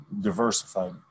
diversified